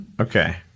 Okay